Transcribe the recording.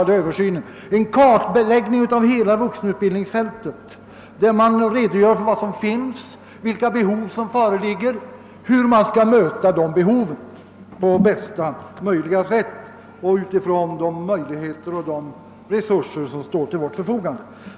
Det behövs en kartläggning av hela vuxenutbildningsfältet, där man redogör för vad som finns, vilka behov som föreligger och hur dessa behov skall mötas på bästa möjliga sätt utifrån de möjligheter och de resurser som står till vårt förfogande.